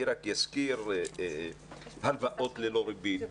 אזכיר: הלוואות ללא ריבית,